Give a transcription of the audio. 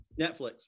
Netflix